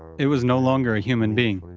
it was no longer a human being,